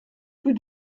plus